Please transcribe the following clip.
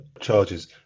charges